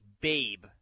Babe